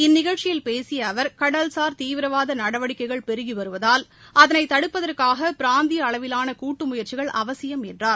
இந்நிகழ்ச்சியில் பேசிய அவர் கடல்சார் தீவிரவாத நடவடிக்கைகள் பெருகி வருவதால் அதனை தடுப்பதற்காக பிராந்திய அளவிலான கூட்டு முயற்சிகள் அவசியம் என்றார்